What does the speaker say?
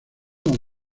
uno